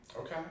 Okay